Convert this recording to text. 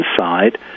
inside